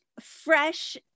Fresh